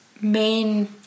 main